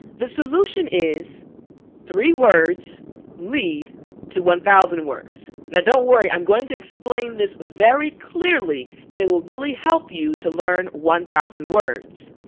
the solution is three words lead to one thousand words. now don't worry i'm going to explain this very clearly and it will really help you to learn one thousand words.